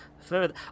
further